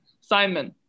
simon